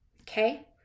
Okay